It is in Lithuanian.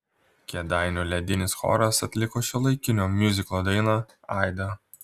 kėdainių ledinis choras atliko šiuolaikinio miuziklo dainą aida